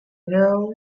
were